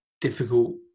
difficult